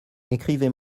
écrivez